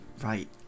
Right